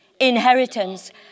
inheritance